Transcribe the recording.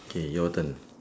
K your turn